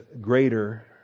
greater